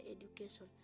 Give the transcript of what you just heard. education